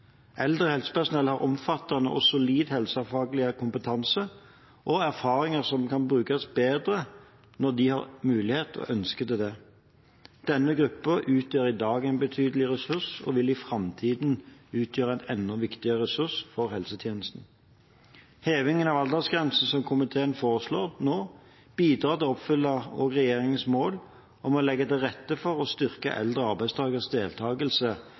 Eldre helsepersonell har omfattende og solid helsefaglig kompetanse og erfaringer som kan brukes bedre når de har mulighet og ønsker det. Denne gruppen utgjør i dag en betydelig ressurs og vil i framtiden utgjøre en enda viktigere ressurs for helsetjenesten. Hevingen av aldersgrensen, som komiteen nå foreslår, bidrar også til å oppfylle regjeringens mål om å legge til rette for å styrke eldre arbeidstakeres deltakelse i arbeids- og